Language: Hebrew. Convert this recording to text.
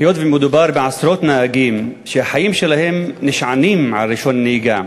היות שמדובר בעשרות נהגים שהחיים שלהם נשענים על רישיון נהיגה,